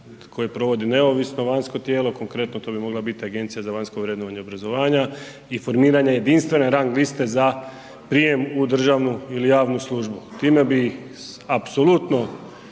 koje provodi neovisno vanjsko tijelo, konkretno to bi mogla biti agencija za vanjsko vrednovanje obrazovanja i formiranje jedinstvene rang liste za prijem u državnu ili javnu službu. Time bi apsolutno